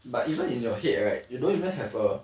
but even in your head right you don't even have a